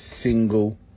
single